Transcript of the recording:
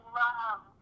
love